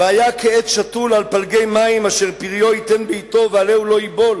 "והיה כעץ שתול על פלגי מים אשר פריו יתן בעתו ועלהו לא יבול"